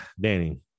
Danny